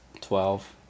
Twelve